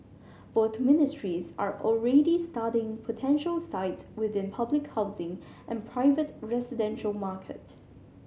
both ministries are already studying potential sites within public housing and private residential market